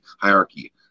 hierarchy